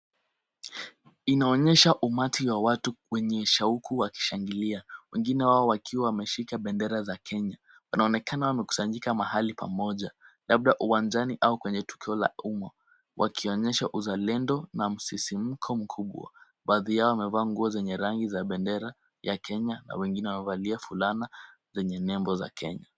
Inaonyesha umati wa watu wenye shauku wakishangilia, wengine wao wakiwa wameshika bendera za Kenya. Inaonekana wamekusanyika mahali pamoja, labda uwanjani au kwenye tukio la umma, wakionyesha uzalendo na msisimuko mkubwa. Baadhi yao wamevaa nguo zenye rangi za bendera ya Kenya na wengine wamevalia fulana zenye nembo ya Kenya.